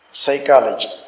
psychology